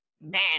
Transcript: man